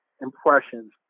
impressions